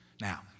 now